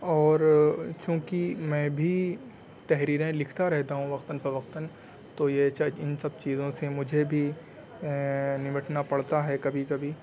اور چونکہ میں بھی تحریریں لکھتا رہتا ہوں وقتاً فوقتاً تو یہ ان سب چیزوں سے مجھے بھی نمٹنا پڑتا ہے کبھی کبھی